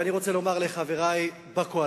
אני רוצה לומר לחברי בקואליציה,